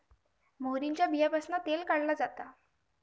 मोहरीच्या बीयांपासना तेल काढला जाता